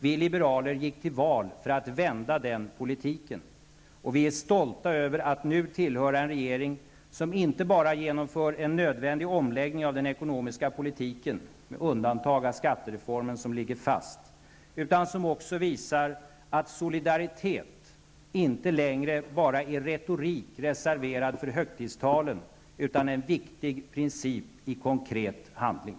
Vi liberaler gick till val för att vända den politiken. Vi är stolta över att nu tillhöra en regering som inte bara genomför en nödvändig omläggning av den ekonomiska politiken med undantag av skattereformen som ligger fast, utan som också visar att solidaritet inte längre bara är retorik reserverad för högtidstalen utan en viktig princip i konkret handling.